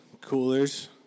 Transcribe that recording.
coolers